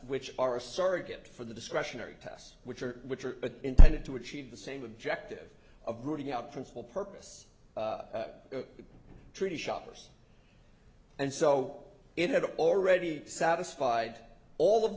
which are a surrogate for the discretionary tasks which are which are intended to achieve the same objective of rooting out principal purpose treaty shoppers and so it had already satisfied all of